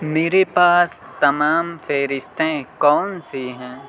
میرے پاس تمام فہرستیں کون سی ہیں